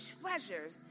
treasures